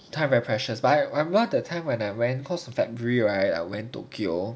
time very precious but I remember that time when I went because in february right I went tokyo